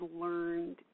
learned